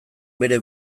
bere